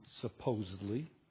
supposedly